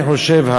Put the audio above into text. אני חושב,